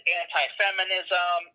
anti-feminism